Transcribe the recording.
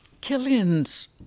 Killian's